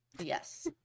Yes